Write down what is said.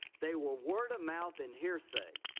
they were word of mouth and hearsay.